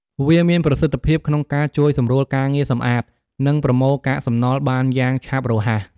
វាមានប្រសិទ្ធភាព ក្នុងការជួយសម្រួលការងារសម្អាត និងប្រមូលកាកសំណល់បានយ៉ាងឆាប់រហ័ស។